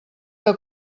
que